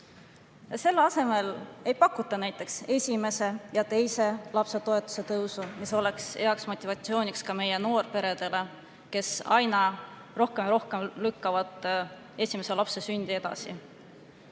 Selle asemele ei pakuta näiteks esimese ja teise lapse toetuse tõusu, mis oleks hea motivatsioon ka meie noorperedele, kes aina rohkem ja rohkem lükkavad esimese lapse sündi edasi.